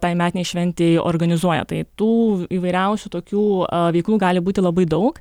tai metinėj šventėj organizuoja tai tų įvairiausių tokių veiklų gali būti labai daug